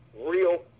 real